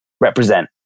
represent